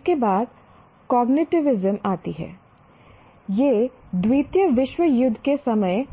इसके बाद कॉग्निटिविज्म आती है यह द्वितीय विश्व युद्ध के समय